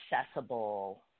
accessible